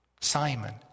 Simon